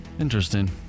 Interesting